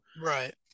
Right